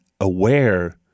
aware